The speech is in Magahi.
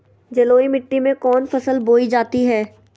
जलोढ़ मिट्टी में कौन फसल बोई जाती हैं?